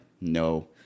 No